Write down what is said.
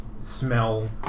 smell